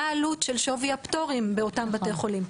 מה העלות של שווי הפטורים באותם בתי חולים.